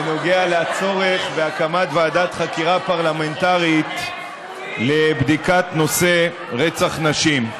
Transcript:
בנוגע לצורך בהקמת ועדת חקירה פרלמנטרית לבדיקת נושא רצח נשים.